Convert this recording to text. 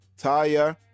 taya